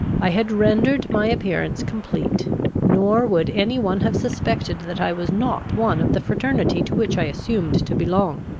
i had rendered my appearance complete nor would any one have suspected that i was not one of the fraternity to which i assumed to belong.